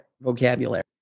Vocabulary